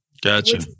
Gotcha